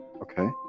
okay